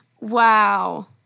Wow